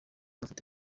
mafoto